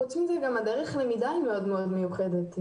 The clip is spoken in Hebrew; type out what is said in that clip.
חוץ מזה, דרך הלמידה היא מאוד מאוד מיוחדת.